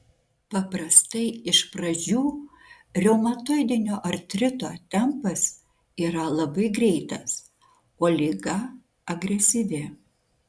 paprastai iš pradžių reumatoidinio artrito tempas yra labai greitas o liga agresyvi